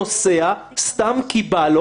נניח שמקובל על כולם העד המרכזי נסע לחוץ לארץ